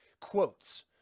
quotes